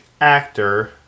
actor